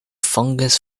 fungus